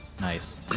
Nice